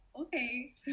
okay